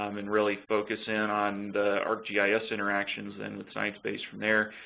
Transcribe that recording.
um and really focus in on the arcgis interactions in sciencebase. from there,